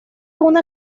una